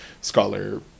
scholar